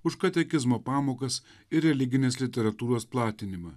už katekizmo pamokas ir religinės literatūros platinimą